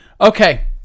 Okay